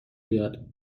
بیاد